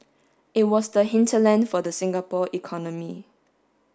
it was the hinterland for the Singapore economy